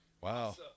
Wow